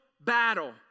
battle